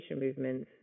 movements